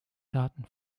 daten